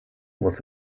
was